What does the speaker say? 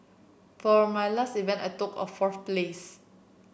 for my last event I took a fourth place